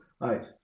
Right